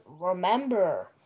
Remember